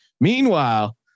Meanwhile